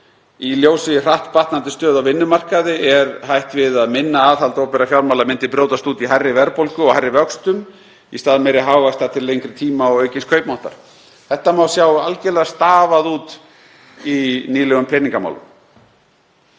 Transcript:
Í ljósi hratt batnandi stöðu á vinnumarkaði er hætt við að minna aðhald opinberra fjármála myndi brjótast út í hærri verðbólgu og hærri vöxtum í stað meiri hagvaxtar til lengri tíma og aukins kaupmáttar. Þetta má sjá algjörlega stafað út í nýlegum Peningamálum.